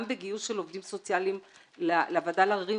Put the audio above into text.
בגיוס של עובדים סוציאליים לוועדה לעררים,